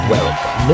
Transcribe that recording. Welcome